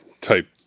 type